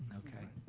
okay.